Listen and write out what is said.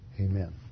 Amen